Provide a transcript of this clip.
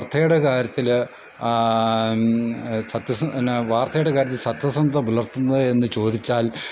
വാർത്തയുടെ കാര്യത്തിൽ പിന്നെ വാർത്തയുടെ കാര്യത്തിൽ സത്യസന്ധത പുലർത്തുന്നത് എന്ന് ചോദിച്ചാൽ